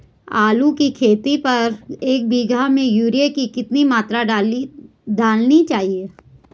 आलू की खेती पर एक बीघा में यूरिया की कितनी मात्रा डालनी चाहिए?